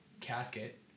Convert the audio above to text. casket